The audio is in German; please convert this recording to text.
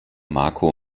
marco